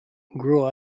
grew